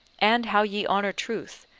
and how ye honour truth,